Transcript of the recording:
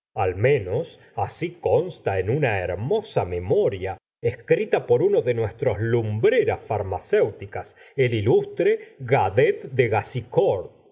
al menos asi consta en una hermosa iemoria escrita por uno de nuestros lumbreras farmacéuticas el ilustre gadet de gassicourt mad